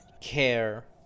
care